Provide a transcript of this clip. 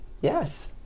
Yes